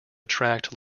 attract